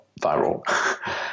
viral